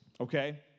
okay